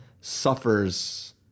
suffers